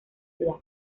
ciudad